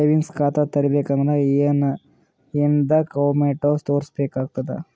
Savings ಖಾತಾ ತೇರಿಬೇಕಂದರ ಏನ್ ಏನ್ಡಾ ಕೊಮೆಂಟ ತೋರಿಸ ಬೇಕಾತದ?